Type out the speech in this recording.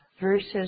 versus